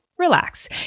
relax